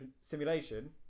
simulation